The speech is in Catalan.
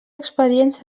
expedients